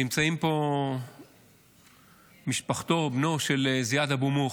נמצאים פה משפחתו ובנו של זיאד אבו מוך,